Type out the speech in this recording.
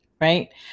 Right